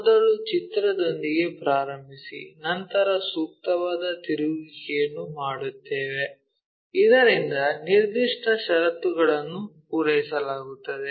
ಮೊದಲು ಚಿತ್ರದೊಂದಿಗೆ ಪ್ರಾರಂಭಿಸಿ ನಂತರ ಸೂಕ್ತವಾದ ತಿರುಗುವಿಕೆಗಳನ್ನು ಮಾಡುತ್ತೇವೆ ಇದರಿಂದ ನಿರ್ದಿಷ್ಟ ಷರತ್ತುಗಳನ್ನು ಪೂರೈಸಲಾಗುತ್ತದೆ